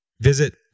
Visit